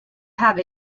have